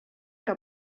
que